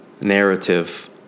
narrative